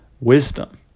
wisdom